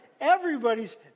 everybody's